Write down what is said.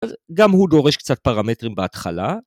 אז גם הוא דורש קצת פרמטרים בהתחלה